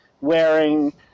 wearing